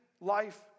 life